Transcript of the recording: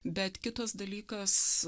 bet kitas dalykas